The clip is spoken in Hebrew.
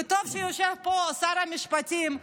וטוב שיושב פה שר המשפטים.